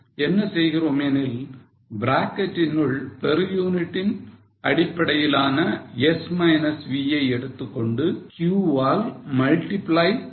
நாம் என்ன செய்கிறோம் எனில் bracket னுள் per unit இன் அடிப்படையிலான S minus V ஐ எடுத்துக்கொண்டு Q வால் multiply செய்கிறோம்